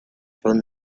found